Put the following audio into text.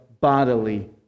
bodily